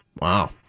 Wow